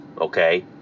Okay